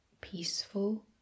peaceful